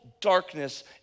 darkness